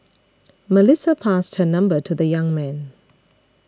Melissa passed her number to the young man